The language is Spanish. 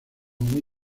muy